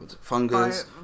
fungus